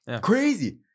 Crazy